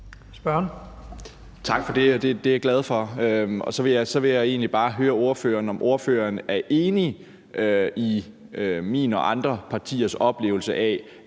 Bjørn (DF): Tak for det. Det er jeg glad for. Så vil jeg egentlig bare høre ordføreren, om ordføreren er enig i min og andre partiers oplevelse af,